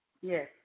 yes